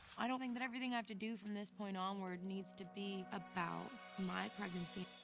i don't think that everything i have to do from this point onward needs to be about my pregnancy.